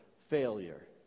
failure